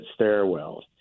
stairwells